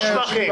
או שבחים.